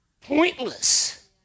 pointless